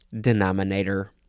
Denominator